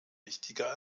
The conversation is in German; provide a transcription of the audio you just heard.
wichtiger